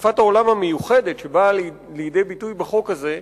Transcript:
השקפת העולם המיוחדת שבאה לידי ביטוי בחוק הזה,